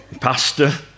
pasta